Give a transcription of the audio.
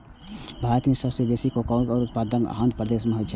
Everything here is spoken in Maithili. भारत मे सबसं बेसी कोकोआ के उत्पादन आंध्र प्रदेश मे होइ छै